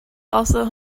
also